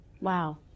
Wow